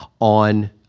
on